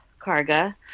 Karga